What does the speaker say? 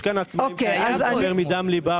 יש כאן עצמאים שרוצים לדבר מדם ליבם,